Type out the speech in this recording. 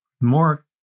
more